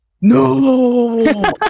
no